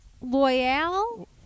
Loyal